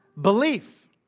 Belief